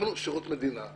אנחנו שירות מדינה,